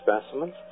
specimens